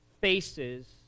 faces